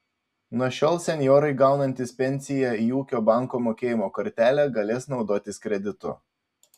nuo šiol senjorai gaunantys pensiją į ūkio banko mokėjimo kortelę galės naudotis kreditu